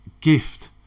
gift